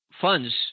funds